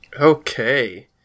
Okay